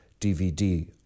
DVD